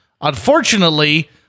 Unfortunately